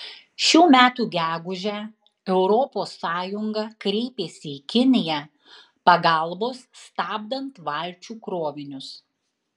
šių metų gegužę europos sąjunga kreipėsi į kiniją pagalbos stabdant valčių krovinius